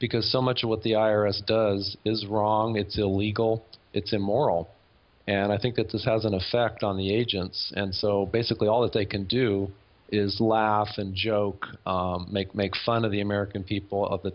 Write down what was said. because so much of what the i r s does is wrong it's illegal it's immoral and i think that this has an effect on the agents and so basically all that they can do is laugh and joke make make fun of the american people of the